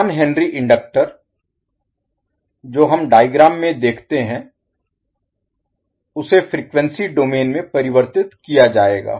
1H inductor जो हम diagram में देखते हैं उसे फ़्रीक्वेंसी डोमेन में परिवर्तित किया जाएगा